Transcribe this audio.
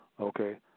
Okay